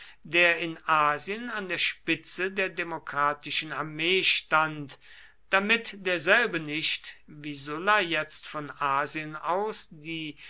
der in asien an der spitze der demokratischen armee stand damit derselbe nicht wie sulla jetzt von asien aus die